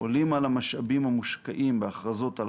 עולים על המשאבים המושקעים בהכרזות על